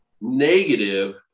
negative